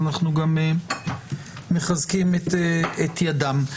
אנחנו מחזקים את ידם.